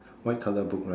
white colour book right